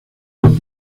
los